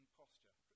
posture